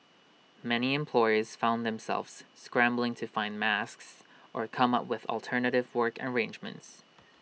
many employers found themselves scrambling to find masks or come up with alternative work arrangements